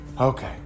okay